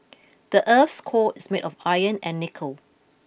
the earth's core is made of iron and nickel